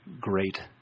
great